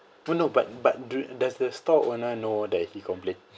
!oh! no but but does the store owner know that he complain